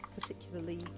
particularly